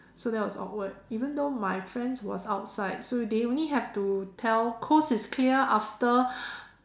so that was awkward even though my friends was outside so they only have to tell coast is clear after